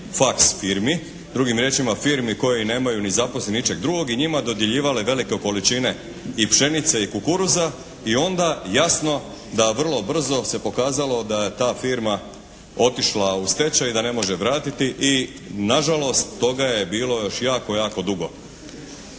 faks firmi, drugim riječima firmi koje nemaju ni zaposlenih ni ničeg drugog i njima dodjeljivale velike količine i pšenice i kukuruza i onda jasno da vrlo brzo se pokazalo da je ta firma otišla u stečaj i da ne može vratiti. I nažalost toga je bilo još jako, jako dugo.